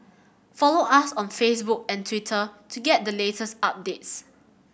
follow us on Facebook and Twitter to get the latest updates